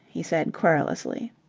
he said querulously.